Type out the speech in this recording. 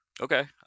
Okay